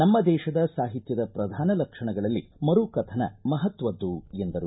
ನಮ್ನ ದೇಶದ ಸಾಹಿತ್ಯದ ಪ್ರಧಾನ ಲಕ್ಷಣಗಳಲ್ಲಿ ಮರು ಕಥನ ಮಹತ್ವದ್ದು ಎಂದರು